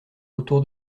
autour